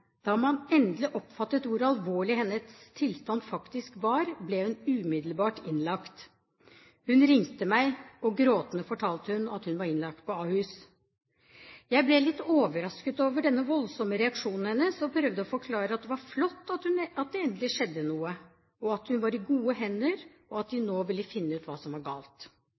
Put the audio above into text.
Da man endelig oppfattet hvor alvorlig hennes tilstand faktisk var, ble hun umiddelbart innlagt. Hun ringte meg, og gråtende fortalte hun at hun var innlagt på Ahus. Jeg ble litt overrasket over denne voldsomme reaksjonen hennes og prøvde å forklare at det var flott at det endelig skjedde noe, at hun var i gode hender, og at de nå ville finne ut hva som var galt.